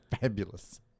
fabulous